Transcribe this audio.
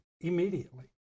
immediately